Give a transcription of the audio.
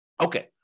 Okay